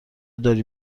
داری